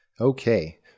Okay